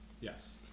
Yes